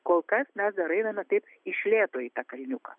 kol kas mes dar einame taip iš lėto į tą kalniuką